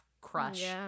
crush